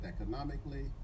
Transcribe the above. economically